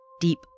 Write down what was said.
deep